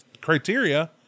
criteria